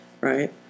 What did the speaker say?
Right